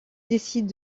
décide